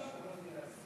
בבקשה.